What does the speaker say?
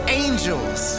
angels